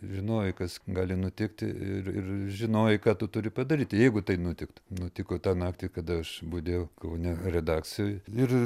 žinojai kas gali nutikti ir ir žinojai ką tu turi padaryti jeigu tai nutiktų nutiko tą naktį kada aš budėjau kaune redakcijoj ir